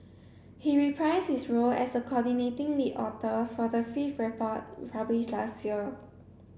he reprised his role as a coordinating lead author for the fifth report published last year